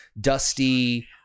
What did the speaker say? Dusty